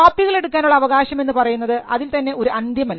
കോപ്പികൾ എടുക്കാനുള്ള അവകാശം എന്നു പറയുന്നത് അതിൽ തന്നെ ഒരു അന്ത്യമല്ല